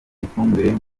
ifumbire